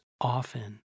often